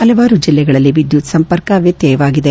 ಪಲವಾರು ಜಿಲ್ಲೆಗಳಲ್ಲಿ ವಿದ್ಯುತ್ ಸಂಪರ್ಕ ವ್ಯತ್ಯಯವಾಗಿದೆ